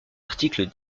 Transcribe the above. article